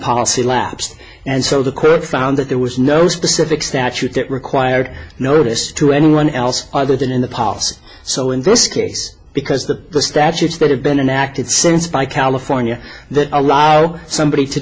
policy lapse and so the court found that there was no specific statute that required notice to anyone else other than in the past so in this case because the statutes that have been enacted since by california that allowed somebody to